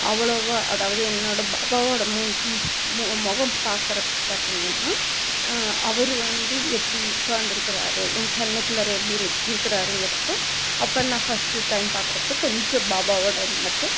அவ்வளோவா அதாவது என்னோடய பாபாவோடய மூஞ் முகம் பார்க்கறப்ப பார்த்தீங்கன்னா அவர் வந்து எப்படி உட்காந்திருக்கிறாரு என் கண்ணுக்குள்ளார எப்படி நிக் இருக்கிறங்கிறப்போ அப்போது நான் ஃபஸ்ட்டு டைம் பார்க்குறப்போ கொஞ்சம் பாபாவோடு மட்டும்